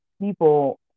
People